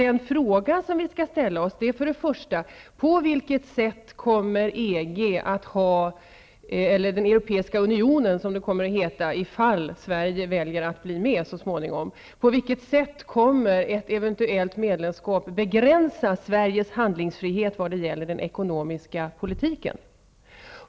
Den fråga som vi skall ställa är för det första på vilket sätt ett medlemskap i EG -- eller den Europeiska unionen, som det kommer att heta om Sverige väljer att bli med så småningom -- kommer att begränsa Sveriges handlingsfrihet vad gäller den ekonomiska politiken.